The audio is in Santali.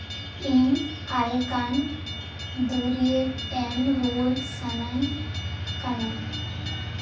ᱤᱧ ᱟᱞᱠᱟᱱ ᱫᱩᱨᱤᱵᱽ ᱮᱢ ᱨᱩᱣᱟᱹ ᱥᱟᱱᱟᱧ ᱠᱟᱱᱟ